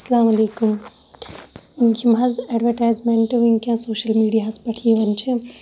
اسلامُ علیکُم یِم حظ ایڈوَٹایزمٮ۪نٹ وٕنکٮ۪س سوشَل میٖڈیاہس پٮ۪ٹھ یوان چھِ